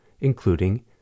including